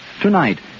Tonight